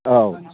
औ